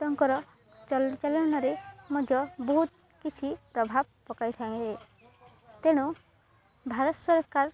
ତାଙ୍କର ଚାଳିଚଳନରେ ମଧ୍ୟ ବହୁତ କିଛି ପ୍ରଭାବ ପକାଇ ଥାଏ ତେଣୁ ଭାରତ ସରକାର